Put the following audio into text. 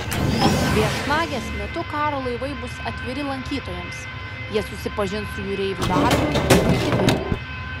viešnagės metu karo laivai bus atviri lankytojams jie susipažins su jūreivių darbu bei buitimi